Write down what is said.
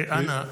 אנא,